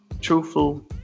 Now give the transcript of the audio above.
truthful